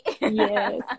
yes